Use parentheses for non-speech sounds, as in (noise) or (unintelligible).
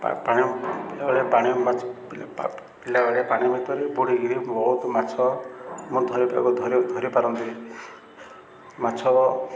ପାଣି ଯେତେବେଳେ ପାଣି (unintelligible) ବିଲ ଆଡ଼େ ପାଣି ଭିତରେ ବୁଡ଼ିକିରି ବହୁତ ମାଛ ଧରିପାରନ୍ତି ମାଛ